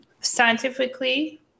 scientifically